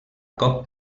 cop